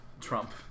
Trump